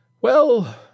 Well